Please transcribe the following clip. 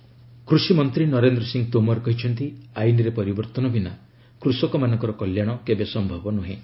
Tomar farm bill କୃଷିମନ୍ତ୍ରୀ ନରେନ୍ଦ୍ର ସିଂହ ତୋମାର କହିଛନ୍ତି ଆଇନ୍ରେ ପରିବର୍ତ୍ତନ ବିନା କୁଷକମାନଙ୍କର କଲ୍ୟାଣ କେବେ ସମ୍ଭବ ନୁହେଁ